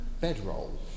bedroll